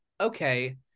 okay